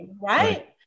Right